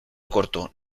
corto